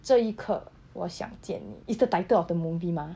这一刻我想见你 is the title of the movie mah